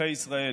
אזרחי ישראל,